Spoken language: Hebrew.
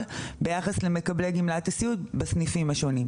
ביחס למקבלי גמלת הסיעוד בסניפים השונים.